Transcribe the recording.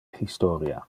historia